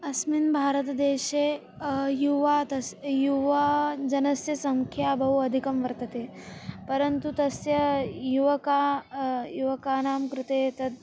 अस्मिन् भारतदेशे युवा तस्य युवाजनस्य संख्या बहु अधिकं वर्तते परन्तु तस्य युवकः युवकानां कृते तद्